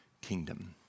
kingdom